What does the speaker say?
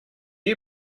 you